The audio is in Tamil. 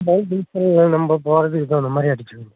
அது டீசல்லாம் நம்மப் போகிறதுக்கு தகுந்த மாதிரி அடிச்சு